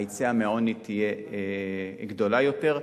היציאה מהעוני תהיה גדולה יותר.